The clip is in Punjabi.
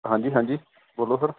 ਹਾਂਜੀ ਹਾਂਜੀ ਬੋਲੋ ਸਰ